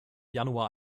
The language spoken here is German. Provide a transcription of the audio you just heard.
januar